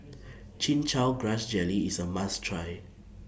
Chin Chow Grass Jelly IS A must Try